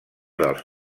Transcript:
dels